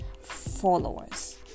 followers